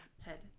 head